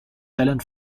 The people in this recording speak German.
stellen